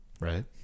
right